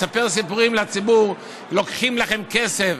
מספר סיפורים לציבור: לוקחים לכם כסף?